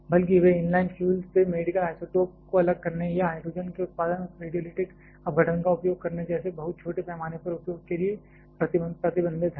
बल्कि वे inline fuel से मेडिकल आइसोटोप को अलग करने या हाइड्रोजन के उत्पादन के उस रेडियोलाइटिक अपघटन का उपयोग करने जैसे बहुत छोटे पैमाने पर उपयोग के लिए अधिक प्रतिबंधित हैं